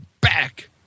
back